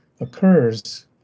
occurs